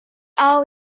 all